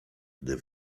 gdy